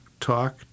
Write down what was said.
Talk